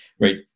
right